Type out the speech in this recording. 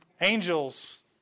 Angels